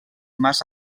mars